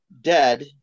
dead